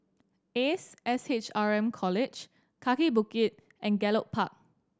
Ace S H R M College Kaki Bukit and Gallop Park